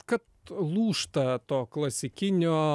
kad lūžta to klasikinio